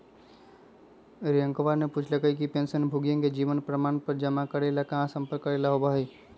रियंकावा ने पूछल कई कि पेंशनभोगियन के जीवन प्रमाण पत्र जमा करे ला कहाँ संपर्क करे ला होबा हई?